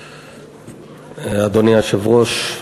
1. אדוני היושב-ראש,